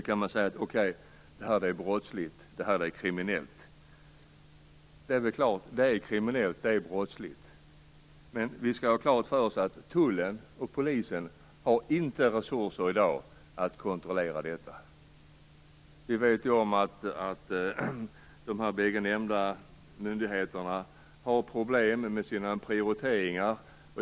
Man kan säga att det här är brottsligt, att det är kriminellt. Ja, det är kriminellt, och det är brottsligt. Men vi skall ha klart för oss att tullen och polisen inte har resurser i dag för att kontrollera detta. Vi vet om att de båda nämnda myndigheterna har problem med prioriteringar.